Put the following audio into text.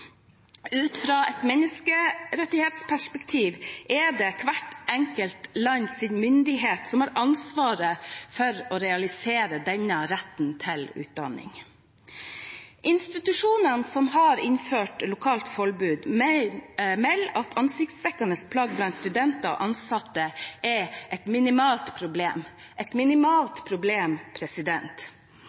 Ut fra et menneskerettighetsperspektiv er det hvert enkelt lands myndigheter som har ansvaret for å realisere denne retten til utdanning. Institusjonene som har innført lokalt forbud, melder at ansiktsdekkende plagg blant studenter og ansatte er et minimalt problem – et minimalt problem